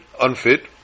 unfit